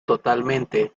totalmente